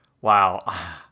wow